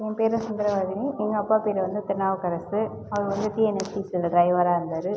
என் பேர் சுந்தரவல்லி எங்கள் அப்பா பேர் வந்து திருநாவுக்கரசு அவர் வந்து டிஎன்எஸ்டிசியில ட்ரைவராக இருந்தார்